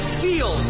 feel